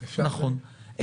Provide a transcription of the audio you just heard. נכון.